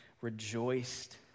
rejoiced